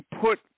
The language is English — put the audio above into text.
put